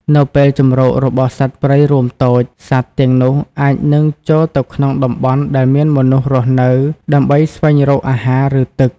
នៅពេលជម្រករបស់សត្វព្រៃរួមតូច សត្វទាំងនោះអាចនឹងចូលទៅក្នុងតំបន់ដែលមានមនុស្សរស់នៅដើម្បីស្វែងរកអាហារ ឬទឹក។